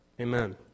Amen